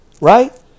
right